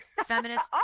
feminist